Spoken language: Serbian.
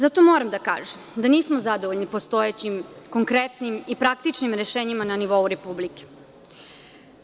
Zato moram da kažem da nismo zadovoljni postojećim konkretnim i praktičnim rešenjima na nivou Republike Srbije.